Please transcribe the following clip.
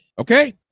okay